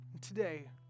Today